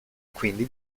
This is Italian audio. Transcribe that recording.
quindi